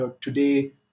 Today